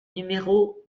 numéro